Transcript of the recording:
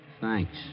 Thanks